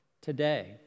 today